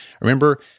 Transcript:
Remember